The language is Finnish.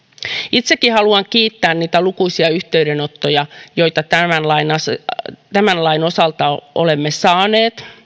itsekin haluan kiittää niistä lukuisista yhteydenotoista joita tämän lain osalta olemme saaneet